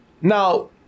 Now